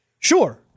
Sure